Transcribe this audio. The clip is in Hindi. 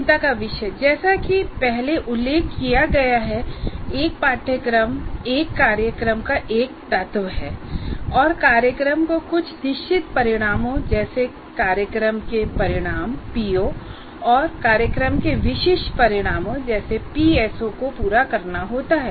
चिंता का विषय जैसा कि पहले उल्लेख किया गया है एक पाठ्यक्रम एक कार्यक्रम का एक तत्व है और कार्यक्रम को कुछ निश्चित परिणामों जैसे कार्यक्रम के परिणाम पीओऔर कार्यक्रम विशिष्ट परिणामों पीएसओ को पूरा करना होता है